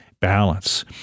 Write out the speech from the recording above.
balance